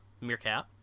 meerkat